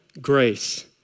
grace